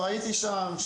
ראיתי שם.